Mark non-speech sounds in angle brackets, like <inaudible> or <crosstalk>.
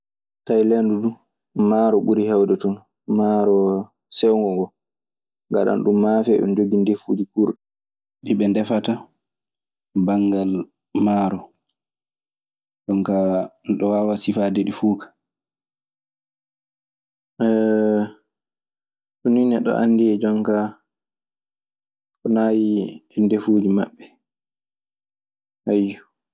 Taylande duu, maaro ɓuri heewde ton (maaro sewngo ngoo). Ɓe ngaɗan ɗun maafe. Eɓe njogii ndefuuji kuurɗi ɗi ɓe ndefata banngal maaro. Ɗun kaa neɗɗo waawaa sifaade ɗi fuu kaa. <hesitation> ɗun ni neɗɗo anndi e jonka, ko naayi a ndefuuji maɓɓe. Ayyo.